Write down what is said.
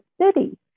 city